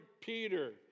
Peter